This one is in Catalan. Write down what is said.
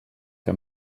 que